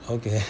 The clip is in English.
okay